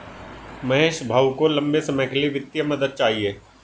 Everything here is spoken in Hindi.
महेश भाऊ को लंबे समय के लिए वित्तीय मदद चाहिए